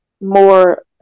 more